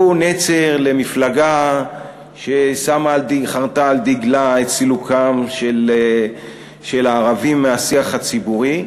הוא נצר למפלגה שחרתה על דגלה את סילוקם של הערבים מהשיח הציבורי.